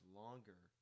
longer